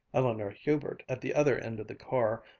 eleanor hubert, at the other end of the car,